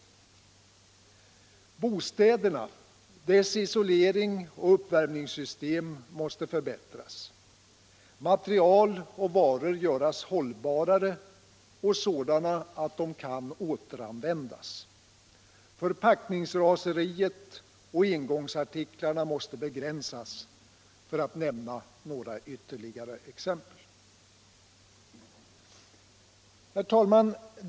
Bostäderna, deras isolering och uppvärmningssystem måste förbättras. Material och varor måste göras hållbarare och sådana att de kan återanvändas, förpackningsraseriet och engångsartiklarna måste begränsas, för att nämna ytterligare några exempel. Herr talman!